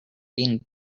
being